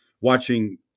watching –